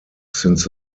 since